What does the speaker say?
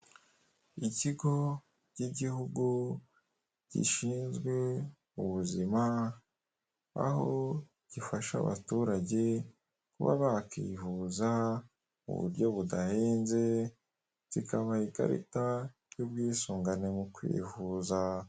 Ikigo k'igihugu gishinzwe ubuzima aho gifasha abaturage kuba bakivuza mu buryo budahenze kikabaha ikarita y'ubwisungane mu kwivuza.